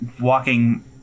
walking